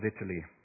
Italy